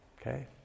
okay